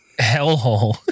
hellhole